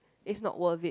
it's not worth it